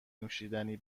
نوشیدنی